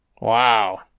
Wow